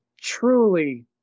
truly